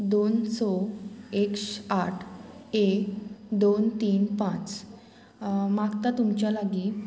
दोन स एक आठ एक दोन तीन पांच मागता तुमच्या लागीं